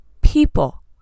people